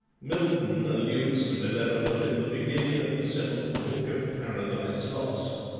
milton alludes to bellerophon in the beginning of the seventh book of paradise lost